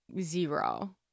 zero